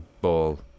ball